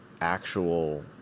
actual